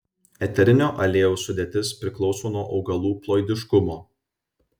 eterinio aliejaus sudėtis priklauso nuo augalų ploidiškumo